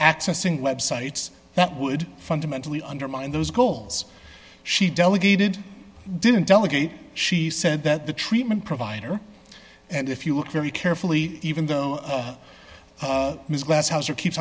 accessing websites that would fundamentally undermine those goals she delegated didn't delegate she said that the treatment provider and if you look very carefully even though ms glasshouse or keep